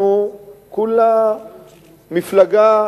אנחנו כולה מפלגה.